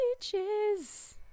bitches